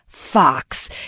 Fox